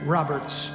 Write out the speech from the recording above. Roberts